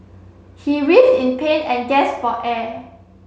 he with in pain and gasp for air